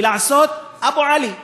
עושה "אבו עלי",